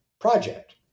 project